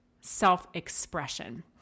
self-expression